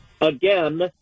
Again